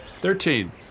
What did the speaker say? Thirteen